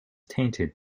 tainted